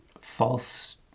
false